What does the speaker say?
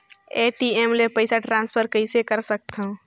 ATM ले पईसा transfer कइसे कर सकथव?